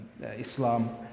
Islam